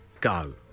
go